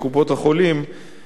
אני הייתי מציע,